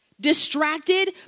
Distracted